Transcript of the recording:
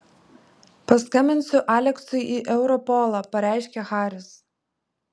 paskambinsiu aleksui į europolą pareiškė haris